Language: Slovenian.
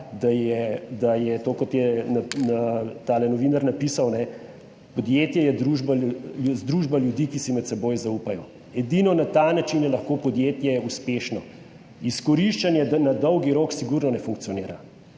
da je to kot je ta novinar napisal: "Podjetje je družba, združba ljudi, ki si med seboj zaupajo." - edino na ta način je lahko podjetje uspešno. Izkoriščanje na dolgi rok sigurno ne funkcionira